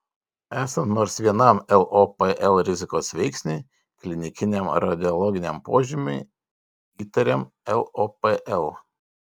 esant nors vienam lopl rizikos veiksniui klinikiniam ar radiologiniam požymiui įtariam lopl